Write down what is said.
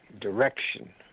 direction